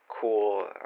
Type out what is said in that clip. cool